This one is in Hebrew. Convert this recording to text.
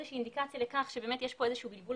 איזושהי אינדיקציה לכך שיש פה איזשהו בלבול